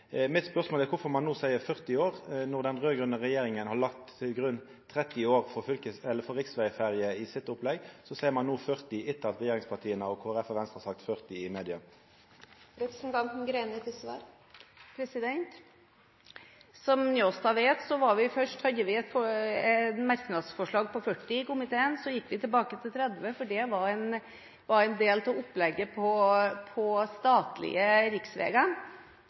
Mitt spørsmål er: Kvifor seier ein no 40 år? Når den raud-grøne regjeringa har lagt til grunn 30 år for riksvegferjer i sitt opplegg, kvifor seier ein no 40 år, etter at regjeringspartia, Kristeleg Folkeparti og Venstre har sagt 40 år i media? Som Njåstad vet, hadde vi først et merknadsforslag på 40 år i komiteen. Så gikk vi tilbake til 30 år, fordi det var en del av opplegget på statlige riksveier. Deretter fikk vi innspill fra fylkeskommunene om at våre lokalpolitikere ønsket en ordning på